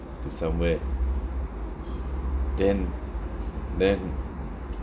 to somewhere then then